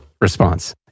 response